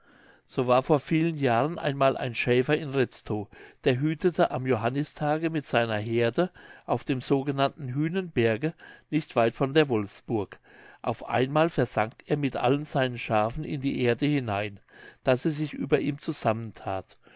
so war vor vielen jahren einmal ein schäfer in retztow der hütete am johannistage mit seiner heerde auf dem sogenannten hühnenberge nicht weit von der wolfsburg auf einmal versank er mit allen seinen schaafen in die erde hinein daß sie sich über ihm